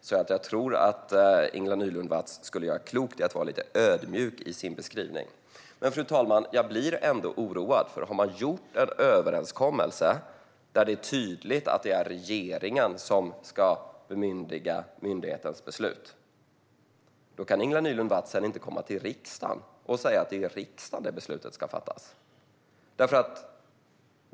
Så jag tror att Ingela Nylund Watz skulle göra klokt i att vara lite ödmjuk i sin beskrivning. Men, fru talman, jag blir ändå oroad, för har man gjort en överenskommelse där det är tydligt att det är regeringen som ska bemyndiga myndighetens beslut kan Ingela Nylund Watz inte sedan komma till riksdagen och säga att det är där beslutet ska fattas.